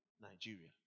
Nigeria